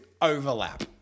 overlap